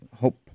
hope